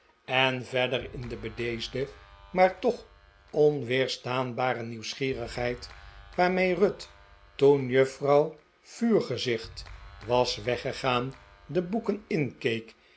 en verder in de bedeesde maar toch onweerstaanbare nieuwsgierigheid waarmee ruth toen juffrouw vuurgezicht was weggegaan de boeken